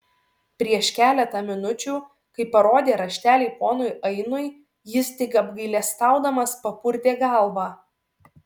prieš keletą minučių kai parodė raštelį ponui ainui jis tik apgailestaudamas papurtė galvą